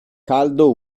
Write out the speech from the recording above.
caldo